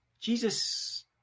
Jesus